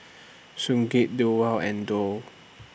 Sigurd and Dow